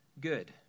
Good